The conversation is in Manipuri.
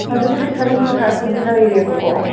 ꯍꯧꯖꯤꯛꯄꯨꯗꯤ ꯁꯚꯦꯟꯇꯤ ꯐꯥꯏꯚꯄꯨꯗꯤ ꯂꯩꯔꯦꯕꯀꯣ